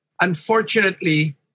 unfortunately